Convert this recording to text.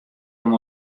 him